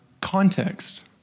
context